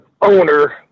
owner